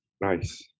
Nice